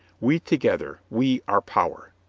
we together, we are power.